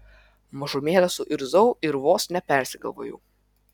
mažumėlę suirzau ir vos nepersigalvojau